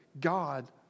God